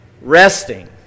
Resting